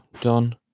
done